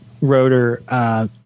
rotor